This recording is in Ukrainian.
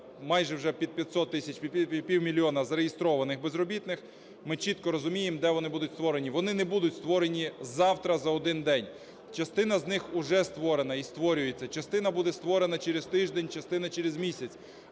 майже вже під 500 тисяч, півмільйона зареєстрованих безробітних. Ми чітко розуміємо, де вони будуть створені. Вони не будуть створені завтра за 1 день. Частина з них уже створена і створюється. Частина буде створена через тиждень, частина - через місяць.